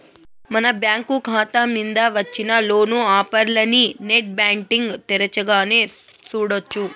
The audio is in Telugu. మన బ్యాంకు కాతా మింద వచ్చిన లోను ఆఫర్లనీ నెట్ బ్యాంటింగ్ తెరచగానే సూడొచ్చు